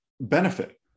benefit